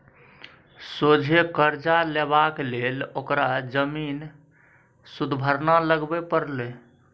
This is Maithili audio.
सोझे करजा लेबाक लेल ओकरा जमीन सुदभरना लगबे परलै